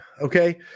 Okay